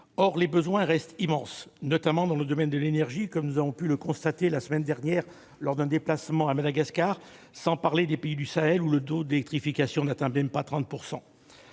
Or les besoins restent immenses, notamment dans le domaine de l'énergie, comme nous avons pu le constater la semaine dernière lors d'un déplacement à Madagascar. Et je ne parlerai pas des pays du Sahel, où le taux d'électrification n'atteint même pas 30 %.